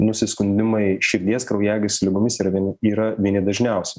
nusiskundimai širdies kraujagyslių ligomis yra vieni yra vieni dažniausių